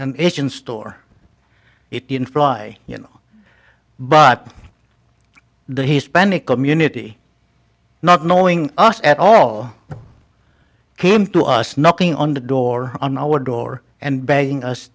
oreo asian store it in fly you know but the hispanic community not knowing us at all came to us knocking on the door on our door and begging us